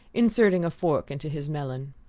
inserting a fork into his melon.